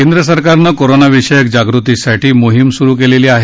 केंद्र सरकारनं कोरोनाविषयी जागृतीसाठी मोहीम सुरु केली आहे